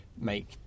make